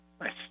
Nice